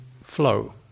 flow